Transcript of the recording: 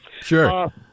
sure